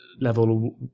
Level